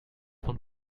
von